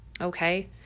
okay